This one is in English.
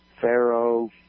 Pharaoh